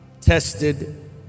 tested